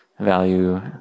value